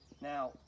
Now